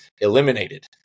eliminated